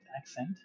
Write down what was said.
accent